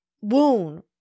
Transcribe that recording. wound